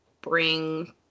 bring